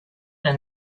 and